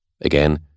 Again